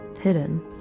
hidden